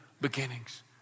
beginnings